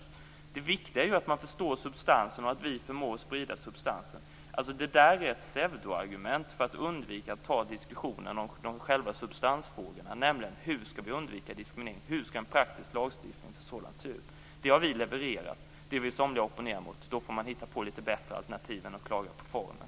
Det viktiga är ju att vi förmår sprida substansen, så att den blir förstådd. Det är ett pseudoargument som man här för fram, för att undvika att ta upp diskussionen om substansfrågorna om hur vi skall undvika diskriminering och hur en praktisk lagstiftning härom skall se ut. Detta har vi levererat. Somliga vill opponera mot det, men då får man hitta på lite bättre alternativ än att klaga på formen.